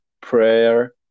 prayer